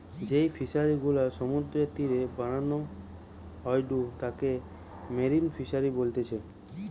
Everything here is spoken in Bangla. যেই ফিশারি গুলা সমুদ্রের তীরে বানানো হয়ঢু তাকে মেরিন ফিসারী বলতিচ্ছে